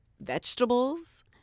vegetables